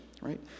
right